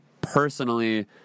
personally